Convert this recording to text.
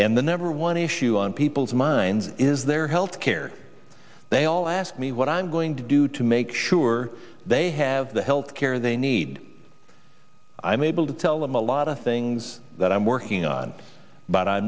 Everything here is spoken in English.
and the number one issue on people's minds is their health care they all ask me what i'm going to do to make sure they have the health care they need i'm able to tell them a lot of things that i'm working on but i'm